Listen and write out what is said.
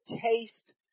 taste